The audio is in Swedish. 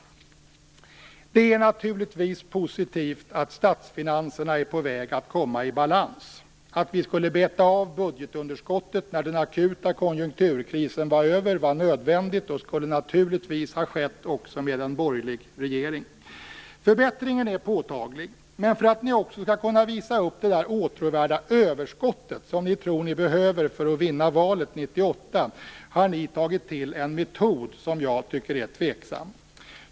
Det är naturligtvis positivt att statsfinanserna är på väg att komma i balans. Att vi skulle beta av budgetunderskottet när den akuta konjunkturkrisen var över var nödvändigt, och så skulle naturligtvis ha skett också med en borgerlig regering. Förbättringen är påtaglig. Men för att ni också skall kunna visa upp det där åtråvärda överskottet, som ni tror att ni behöver för att vinna valet 1998, har ni tagit till en metod som jag tycker är tveksam.